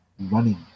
running